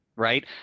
Right